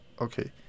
okay